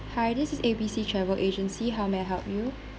hi this is A B C travel agency how may I help you